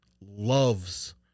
Loves